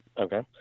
Okay